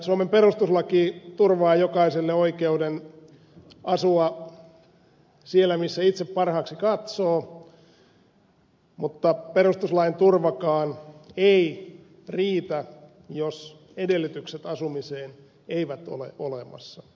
suomen perustuslaki turvaa jokaiselle oikeuden asua siellä missä itse parhaaksi katsoo mutta perustuslain turvakaan ei riitä jos edellytykset asumiseen eivät ole olemassa